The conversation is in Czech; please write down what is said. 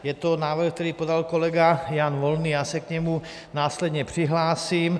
Je to návrh, který podal kolega Jan Volný, já se k němu následně přihlásím.